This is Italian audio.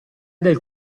del